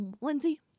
Lindsay